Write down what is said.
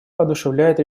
воодушевляет